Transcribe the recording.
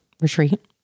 retreat